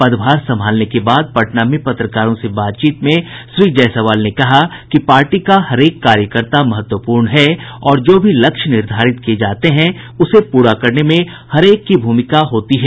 पदभार संभालने के बाद पटना में पत्रकारों से बातचीत में श्री जायसवाल ने कहा कि पार्टी का हरेक कार्यकर्ता महत्वपूर्ण है और जो भी लक्ष्य निर्धारित किये जाते हैं उसे पूरा करने में हरेक की भूमिका होती है